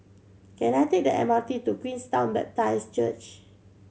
can I take the M R T to Queenstown Baptist Church